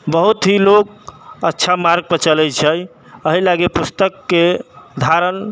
बहुत ही लोग अच्छा मार्ग पे चलै छै एहि लागी पुस्तक के धारण